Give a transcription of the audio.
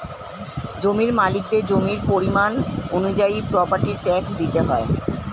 জমির মালিকদের জমির পরিমাণ অনুযায়ী প্রপার্টি ট্যাক্স দিতে হয়